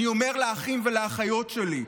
אני אומר לאחים ולאחיות שלי,